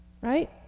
Right